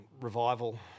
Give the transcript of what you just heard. revival